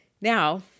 Now